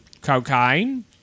Cocaine